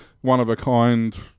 one-of-a-kind